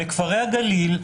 בכפרי הגליל,